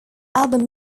album